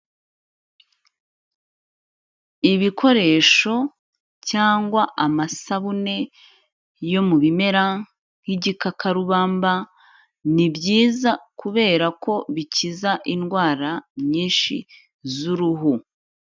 Ibikoresho cyangwa amasabune yo mu bimera, nk'igikakarubamba, ni byiza kubera ko bikiza indwara nyinshi z'uruhu.